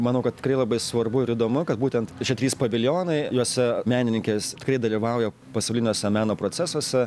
manau kad tikrai labai svarbu ir įdomu kad būtent šie trys paviljonai juose menininkės tikrai dalyvauja pasauliniuose meno procesuose